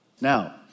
Now